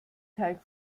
teig